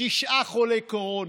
תשעה חולי קורונה.